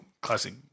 classic